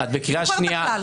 את בקריאה שנייה.